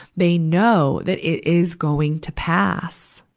they know that it is going to pass.